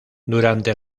durante